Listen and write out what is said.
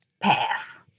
pass